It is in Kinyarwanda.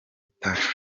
touch